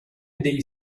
degli